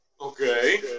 Okay